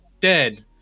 dead